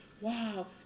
wow